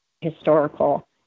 historical